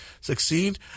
succeed